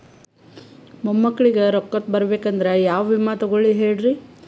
ಮೊಮ್ಮಕ್ಕಳಿಗ ರೊಕ್ಕ ಬರಬೇಕಂದ್ರ ಯಾ ವಿಮಾ ತೊಗೊಳಿ ಹೇಳ್ರಿ?